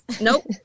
Nope